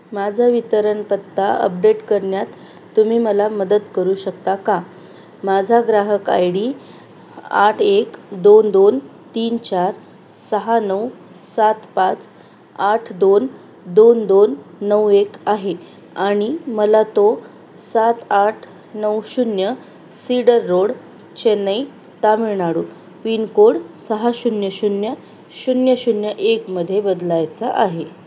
माझा वितरण पत्ता अपडेट करण्यात तुम्ही मला मदत करू शकता का माझा ग्राहक आय डी आठ एक दोन दोन तीन चार सहा नऊ सात पाच आठ दोन दोन दोन नऊ एक आहे आणि मला तो सात आठ नऊ शून्य Cedar Road Chennai Tamil Nadu pin code सहा शून्य शून्य शून्य शून्य एकमध्ये बदलायचा आहे